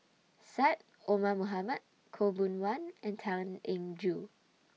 Syed Omar Mohamed Khaw Boon Wan and Tan Eng Joo